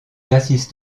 assiste